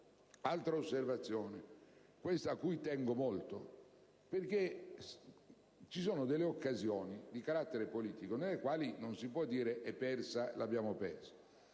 Altra osservazione, a cui tengo molto, perché ci sono delle occasioni di carattere politico nelle quali non si può usare l'espressione «l'abbiamo persa».